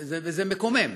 זה מקומם.